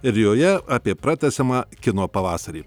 ir joje apie pratęsiamą kino pavasarį